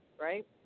right